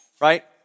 right